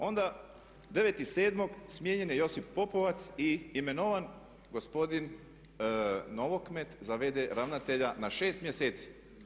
Onda 9.7. smijenjen je Josip Popovac i imenovan gospodin Novokmet za v.d. ravnatelja na šest mjeseci.